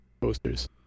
posters